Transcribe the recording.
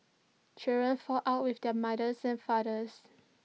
children fall out with their mothers and fathers